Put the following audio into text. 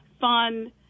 fun